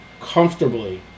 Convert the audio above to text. comfortably